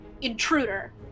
intruder